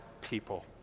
people